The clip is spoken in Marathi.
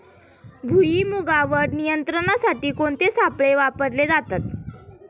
भुईमुगावर नियंत्रणासाठी कोणते सापळे वापरले जातात?